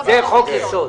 זה חוק יסוד.